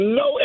no